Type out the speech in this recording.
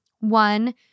One